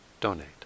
donate